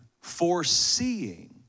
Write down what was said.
foreseeing